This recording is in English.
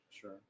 Sure